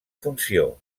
funció